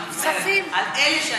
אני מצטערת,